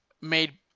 made